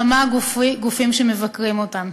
כמה גופים שמבקרים אותם.